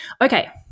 Okay